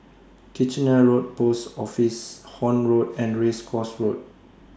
Kitchener Road Post Office Horne Road and Race Course Road